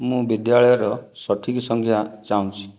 ମୁଁ ବିଦ୍ୟାଳୟର ସଠିକ୍ ସଂଜ୍ଞା ଚାହୁଁଛି